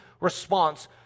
response